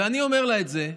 ואני אומר לה את זה,